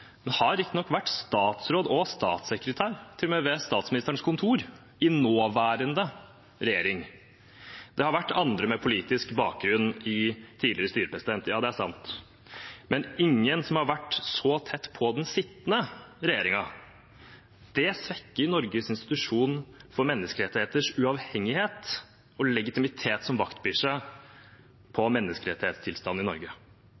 men hun har vært både statsråd og statssekretær – til og med ved Statsministerens kontor – i den nåværende regjeringen. Det har vært andre med politisk bakgrunn i tidligere styrer – ja, det er sant – men ingen som har vært så tett på den sittende regjeringen. Det svekker Norges institusjon for menneskerettigheters uavhengighet og legitimitet som vaktbikkje for menneskerettighetstilstanden i